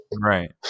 Right